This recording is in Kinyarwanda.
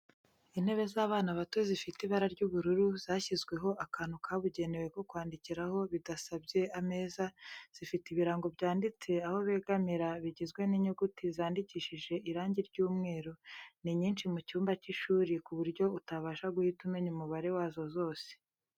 Intebe z'abana bato zifite ibara ry'ubururu, zashyizweho akantu kabugenewe ko kwandikiraho bidasabye ameza, zifite ibirango byanditse aho begamira bigizwe n'inyunguti zandikishije irangi ry'umweru, ni nyinshi mu cyumba cy'ishuri ku buryo utabasha guhita umenya umubare wazo zose.